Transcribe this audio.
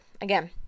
again